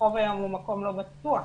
הרחוב היום הוא מקום לא בטוח,